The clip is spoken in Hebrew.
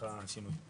העובד.